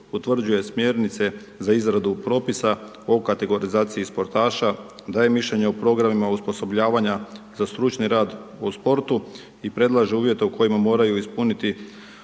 utvrđuje smjernice za izradu propisa o kategorizaciji sportaša, daje mišljenje o programima osposobljavanja za stručni rad u sportu i predlaže uvjete u kojima moraju ispuniti